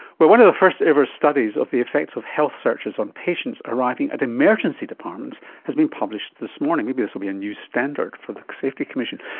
one of the first ever studies of the effects of health searches on patients arriving at emergency departments has been published this morning. maybe this will be a new standard for the safety commission.